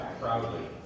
proudly